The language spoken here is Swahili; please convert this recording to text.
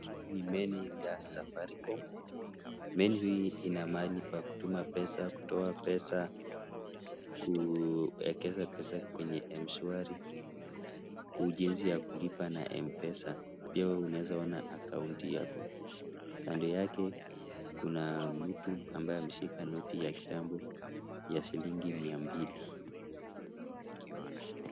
Hii ni menyu ya Safaricom. Menyu hii inamahali pa kutuma pesa, kutoa pesa, kuekeza pesa kwenye Mshwari au jinsi ya kulipa na Mpesa pia unaweza ona akaunti yako. Kando yake kuna mtu ambaye ameshika noti ya kitambo ya shilingi mia mbili.